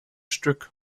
stück